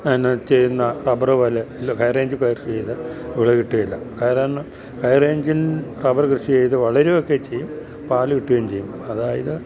പിന്നെ ചെയ്യുന്ന റബ്ബര് പോല ഇല്ല ഹൈ റേഞ്ചില് കൃഷി ചെയ്യുന്ന വിള കിട്ടുകയുമില്ല കാരണം ഹൈ റേഞ്ചിൽ റബ്ബര് കൃഷി ചെയ്താല് വളരുകയൊക്കെ ചെയ്യും പാല് കിട്ടുകയും ചെയ്യും അതായത്